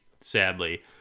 sadly